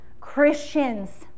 Christians